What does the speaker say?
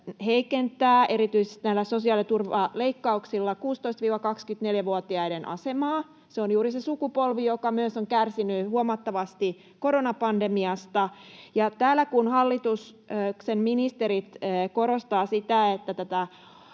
heikentää erityisesti näillä sosiaaliturvaleikkauksilla 16—24-vuotiaiden asemaa. Se on juuri se sukupolvi, joka myös on kärsinyt huomattavasti koronapandemiasta, ja kun täällä hallituksen ministerit korostavat sitä,